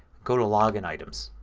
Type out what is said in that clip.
go to login items.